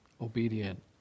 obedient